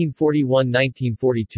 1941-1942